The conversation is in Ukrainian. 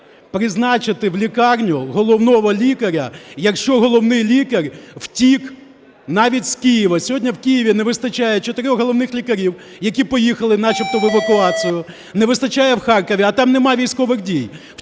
призначити в лікарню головного лікаря, якщо головний лікар втік навіть з Києва. Сьогодні в Києві не вистачає чотирьох головних лікарів, які поїхали начебто в евакуацію, не вистачає в Харкові, а там нема військових дій,